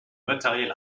matériel